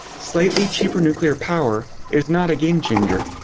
slightly cheaper nuclear power is not a game changer.